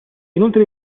inoltre